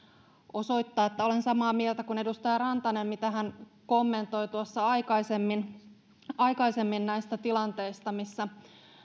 osoittaa että olen samaa mieltä kuin edustaja rantanen kun hän kommentoi tuossa aikaisemmin aikaisemmin näistä tilanteista missä